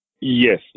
Yes